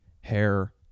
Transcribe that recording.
hair